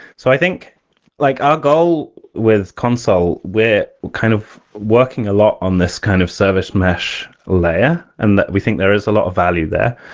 so i think like our goal with consul, we're kind of working a lot on this kind of service mesh layer and that we think there is a lot of value there.